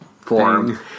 form